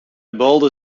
balde